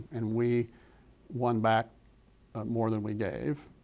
and we won back more than we gave,